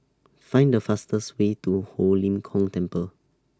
Find The fastest Way to Ho Lim Kong Temple